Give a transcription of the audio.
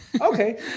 okay